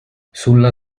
sulla